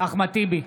אחמד טיבי,